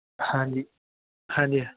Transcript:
ਹਾਂਜੀ ਹਾਂਜੀ